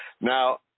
now